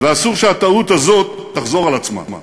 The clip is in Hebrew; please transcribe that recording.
ואסור שהטעות הזאת תחזור על עצמה.